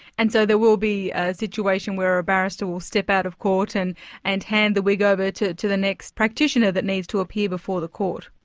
and so there will be a situation where a barrister will step out of court and and hand the wig over to to the next practitioner that needs to appear before the court?